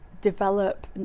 develop